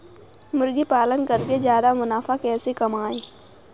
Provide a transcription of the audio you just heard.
मुर्गी पालन करके ज्यादा मुनाफा कैसे कमाएँ?